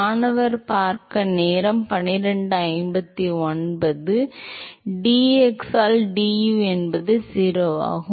மாணவர் dx ஆல் du என்பது 0 ஆகும்